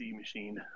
machine